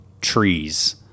trees